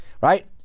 right